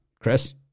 Chris